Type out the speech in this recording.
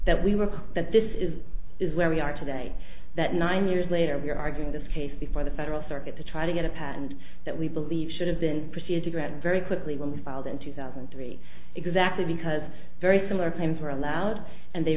that we work that this is is where we are today that nine years later we're arguing this case before the federal circuit to try to get a patent that we believe should have been proceeded to grant very quickly when we filed in two thousand and three exactly because very similar claims were allowed and they